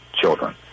children